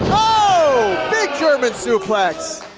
oh! big german suplex!